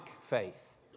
faith